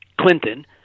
Clinton